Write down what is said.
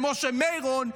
משה מירון,